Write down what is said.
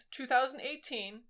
2018